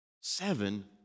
Seven